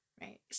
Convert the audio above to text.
Right